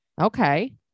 Okay